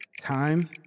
Time